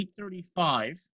8.35